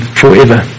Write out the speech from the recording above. forever